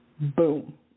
Boom